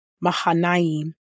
Mahanaim